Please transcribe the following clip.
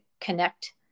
connect